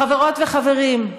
חברות וחברים,